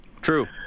True